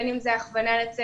בין אם זו הכוונה לצוות,